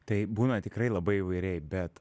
taip būna tikrai labai įvairiai bet